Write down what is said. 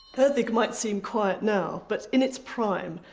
erddig might seem quiet now, but, in its prime,